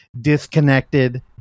disconnected